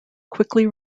quickly